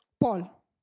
Paul